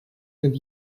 that